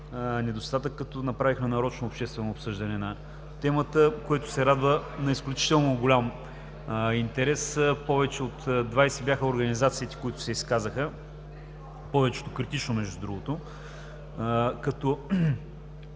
като направихме нарочно обществено обсъждане на темата, което се радва на изключително голям интерес. Повече от 20 бяха организациите, които се изказаха, повечето критично, между другото,